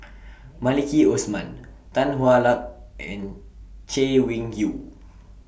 Maliki Osman Tan Hwa Luck and Chay Weng Yew